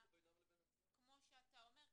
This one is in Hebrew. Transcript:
כמו שאתה אומר.